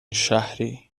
شهری